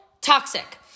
toxic